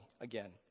again